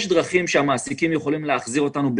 יש דרכים בהן המעסיקים יכולים להחזיר אותנו,